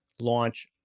launch